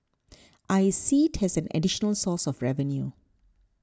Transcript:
I see it as an additional source of revenue